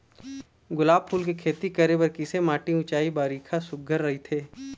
गुलाब फूल के खेती करे बर किसे माटी ऊंचाई बारिखा सुघ्घर राइथे?